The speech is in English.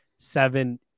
seven